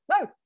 no